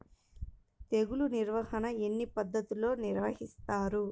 తెగులు నిర్వాహణ ఎన్ని పద్ధతులలో నిర్వహిస్తారు?